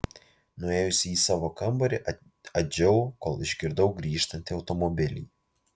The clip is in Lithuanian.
nuėjusi į savo kambarį adžiau kol išgirdau grįžtantį automobilį